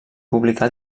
publicà